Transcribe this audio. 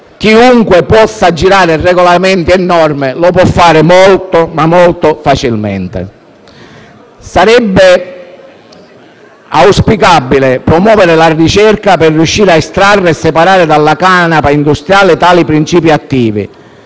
chiunque possa aggirare regolamenti e norme e farlo molto facilmente. Sarebbe auspicabile promuovere la ricerca per riuscire a estrarre e separare dalla canapa industriale tali principi attivi,